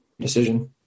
decision